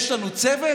יש לנו צוות